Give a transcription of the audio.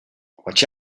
watch